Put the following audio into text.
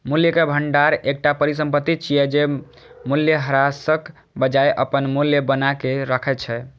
मूल्यक भंडार एकटा परिसंपत्ति छियै, जे मूल्यह्रासक बजाय अपन मूल्य बनाके राखै छै